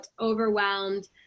overwhelmed